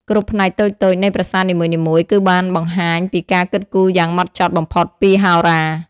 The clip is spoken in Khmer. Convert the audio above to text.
គ្រប់ផ្នែកតូចៗនៃប្រាសាទនីមួយៗគឺបានបង្ហាញពីការគិតគូរយ៉ាងហ្មត់ចត់បំផុតពីហោរា។